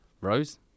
Rose